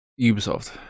Ubisoft